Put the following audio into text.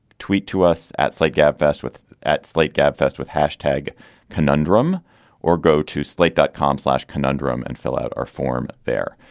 tweet to us at slike gabfests with at slate gab fest with hashtag conundrum or go to slate dot com slash conundrum and fill out our form there.